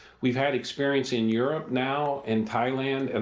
we've had experience in europe, now, in thailand, and